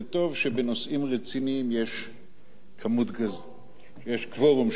זה טוב שבנושאים רציניים יש כמות כזו, יש קוורום.